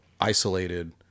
isolated